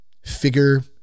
figure